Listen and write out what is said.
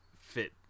fit